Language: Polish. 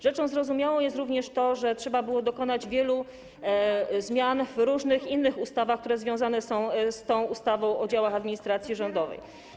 Rzeczą zrozumiałą jest również to, że trzeba było dokonać wielu zmian w różnych innych ustawach, które związane są z ustawą o działach administracji rządowej.